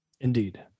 Indeed